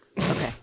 Okay